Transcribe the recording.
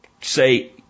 say